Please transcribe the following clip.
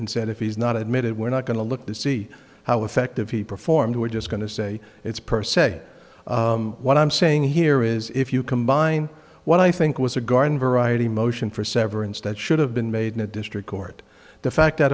and said if he's not admitted we're not going to look to see how effective he performed or we're just going to say it's per se what i'm saying here is if you combine what i think was a garden variety motion for severance that should have been made in a district court the fact that